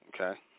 okay